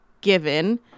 given